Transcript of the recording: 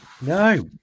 No